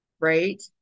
right